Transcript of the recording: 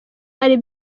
ari